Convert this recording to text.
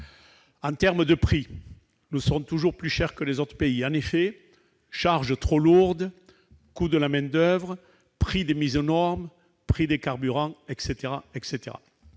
En termes de prix, nous serons toujours plus chers que les autres pays du fait de charges trop lourdes, du coût de la main-d'oeuvre, du prix des mises aux normes et des carburants, etc.